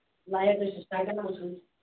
وۅنۍ حظ گوٚژھُس تگُن آسُن